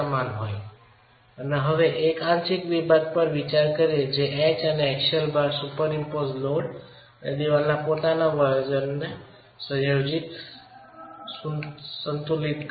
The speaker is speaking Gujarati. હોય અને હવે એક આંશિક વિભાગ પર વિચાર કરીએ જે H અને એક્સિયલ ભાર સુપરિમ્પોઝ્ડ લોડ અને દિવાલના પોતાના વજનના સંયોજનને સંતુલિત કરે છે